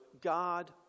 God